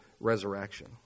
resurrection